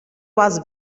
was